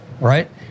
right